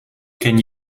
ken